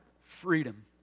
freedom